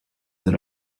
that